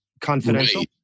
confidential